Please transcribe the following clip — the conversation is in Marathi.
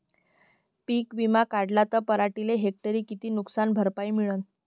पीक विमा काढला त पराटीले हेक्टरी किती नुकसान भरपाई मिळीनं?